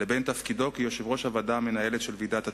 לבין תפקידו כיושב-ראש הוועד המנהל של ועידת התביעות,